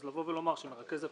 לבוא ולומר מרכז הפעילות,